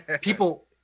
people